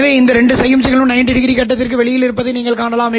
எனவே இந்த இரண்டு சமிக்ஞைகளும் 90o கட்டத்திற்கு வெளியே இருப்பதை நீங்கள் காணலாம்